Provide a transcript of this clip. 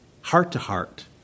heart-to-heart